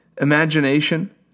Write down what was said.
Imagination